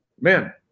man